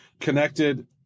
connected